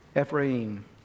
Ephraim